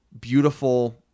beautiful